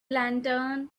lantern